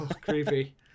creepy